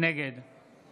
נגד